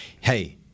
hey